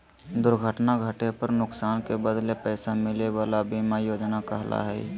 दुर्घटना घटे पर नुकसान के बदले पैसा मिले वला बीमा योजना कहला हइ